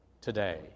today